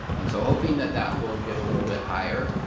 and so hoping that that will get a little bit higher.